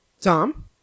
Tom